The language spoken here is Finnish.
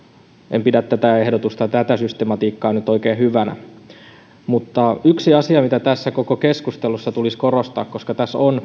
en pidä tätä ehdotusta ja tätä systematiikkaa nyt oikein hyvänä mutta yksi asia mitä tässä koko keskustelussa tulisi korostaa koska tässä on